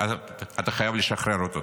אתה חייב לשחרר אותו.